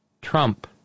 Trump